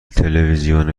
تلویزیون